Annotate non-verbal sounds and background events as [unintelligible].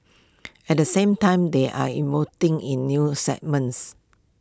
at the same time they are [unintelligible] in new segments